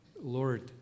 Lord